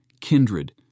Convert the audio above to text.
kindred